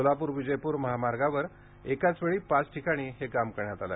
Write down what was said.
सोलापूर विजयपूर महामार्गावर एकाच वेळी पाच ठिकाणी हे काम करण्यात आले